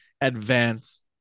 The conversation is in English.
advanced